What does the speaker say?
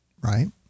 right